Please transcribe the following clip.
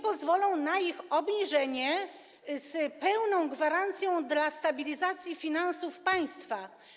pozwolą na ich obniżenie, z pełną gwarancją dla stabilizacji finansów państwa.